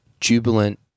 jubilant